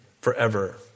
forever